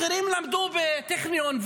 אחרים למדו בטכניון,